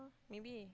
maybe